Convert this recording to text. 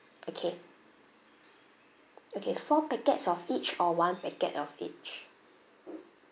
okay okay four packets of each or one packet of each